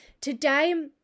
today